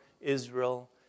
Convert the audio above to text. Israel